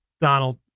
Donald